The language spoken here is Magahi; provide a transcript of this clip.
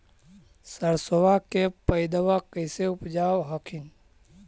सरसोबा के पायदबा कैसे उपजाब हखिन?